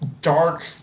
dark